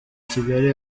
kigali